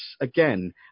again